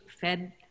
fed